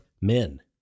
men